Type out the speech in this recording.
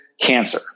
cancer